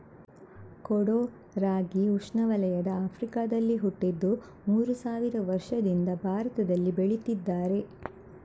ಕೊಡೋ ರಾಗಿ ಉಷ್ಣವಲಯದ ಆಫ್ರಿಕಾದಲ್ಲಿ ಹುಟ್ಟಿದ್ದು ಮೂರು ಸಾವಿರ ವರ್ಷದಿಂದ ಭಾರತದಲ್ಲಿ ಬೆಳೀತಿದ್ದಾರೆ